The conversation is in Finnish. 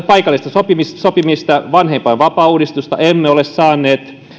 paikallista sopimista sopimista vanhempainvapaauudistusta emme ole saaneet